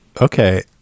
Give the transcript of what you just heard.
Okay